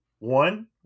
One